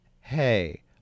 Hey